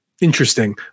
interesting